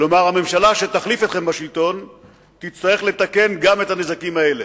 כלומר הממשלה שתחליף אתכם בשלטון תצטרך לתקן גם את הנזקים האלה.